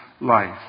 life